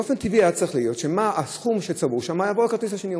באופן טבעי היה צריך להיות שהסכום שצבור שם יעבור לכרטיס השני.